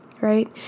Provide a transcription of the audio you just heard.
right